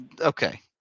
Okay